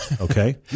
okay